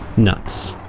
nuts!